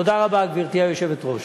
תודה רבה, גברתי היושבת-ראש.